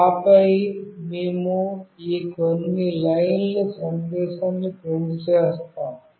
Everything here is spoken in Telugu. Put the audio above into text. ఆపై మేము ఈ కొన్ని లైన్ల సందేశాన్ని ప్రింట్ చేస్తాము